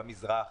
במזרח,